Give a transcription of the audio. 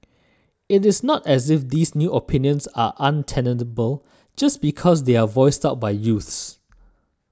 it is not as if these new opinions are untenable just because they are voiced out by youths